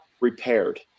repaired